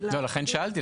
--- לכן שאלתי.